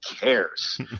cares